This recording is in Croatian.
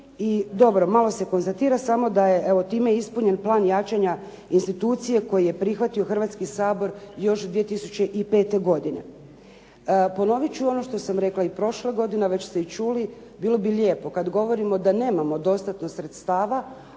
i dobro malo se konstatira samo da je evo time ispunjen plan jačanja institucije koji je prihvatio Hrvatski sabor još 2005. godine. Ponovit ću ono što sam rekla i prošle godine, a već ste i čuli, bilo bi lijepo kad govorimo da nemamo dostatno sredstava,